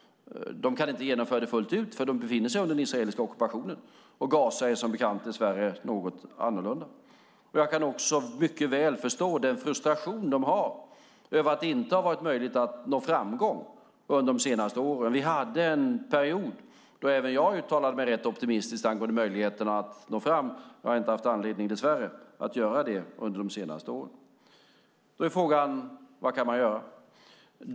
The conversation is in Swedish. De kan inte genomföra det fullt ut, för de befinner sig under den israeliska ockupationen, och Gaza är som bekant dess värre något annorlunda. Jag kan också mycket väl förstå den frustration de har över att det inte har varit möjligt att nå framgång under de senaste åren. Vi hade en period då även jag uttalade mig rätt optimistiskt angående möjligheterna att nå fram. Dess värre har jag inte haft anledning att göra det under de senaste åren. Då är frågan: Vad kan man göra?